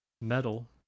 metal